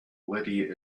lydia